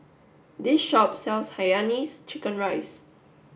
this shop sells Hainanese chicken rice